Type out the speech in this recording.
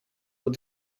what